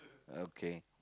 okay